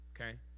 Okay